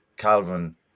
Calvin